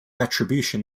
attribution